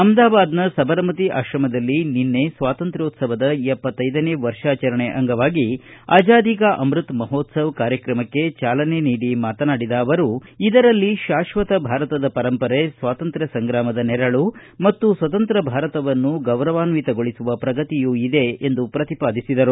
ಅಹಮದಾಬಾದ್ನ ಸಾಬರಮತಿ ಆಶ್ರಮದಲ್ಲಿ ನಿನ್ನೆ ಸ್ವಾತಂತ್ರೋತ್ಸವದ ವರ್ಷದ ಅಂಗವಾಗಿ ಅಜಾದಿ ಕಾ ಅಮೃತ್ ಮಹೋತ್ಸವ ಕಾರ್ಯಕ್ರಮಕ್ಕೆ ಚಾಲನೆ ನೀಡಿ ಮಾತನಾಡಿದ ಅವರು ಇದರಲ್ಲಿ ಶಾಶ್ವತ ಭಾರತದ ಪರಂಪರೆ ಸ್ವಾತಂತ್ರ ಸಂಗ್ರಾಮದ ನೆರಳು ಮತ್ತು ಸ್ವತಂತ್ರ ಭಾರತವನ್ನು ಗೌರವಾನ್ವಿತಗೊಳಿಸುವ ಪ್ರಗತಿಯೂ ಇದೆ ಎಂದು ಪ್ರತಿಪಾದಿಸಿದರು